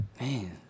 Man